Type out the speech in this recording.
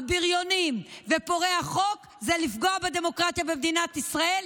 הבריונים ופורעי החוק זה לפגוע בדמוקרטיה במדינת ישראל.